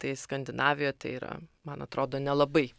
tai skandinavijoj tai yra man atrodo nelabai